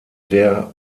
der